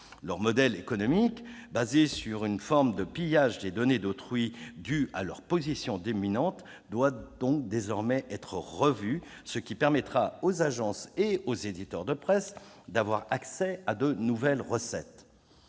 Leur modèle économique basé sur une forme de pillage des données d'autrui due à leur position dominante doit désormais être revu, ce qui permettra aux agences et aux éditeurs de presse d'avoir accès à de nouvelles recettes.